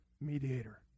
mediator